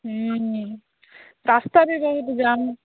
ହୁ ରାସ୍ତା ବି ବହୁତ ଜାମ୍